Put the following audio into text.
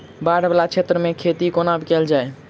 बाढ़ वला क्षेत्र मे खेती कोना कैल जाय?